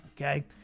Okay